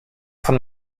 von